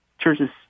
churches